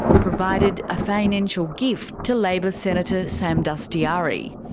provided a financial gift to labor senator sam dastyari.